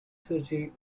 surgery